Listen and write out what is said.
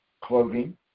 clothing